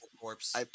corpse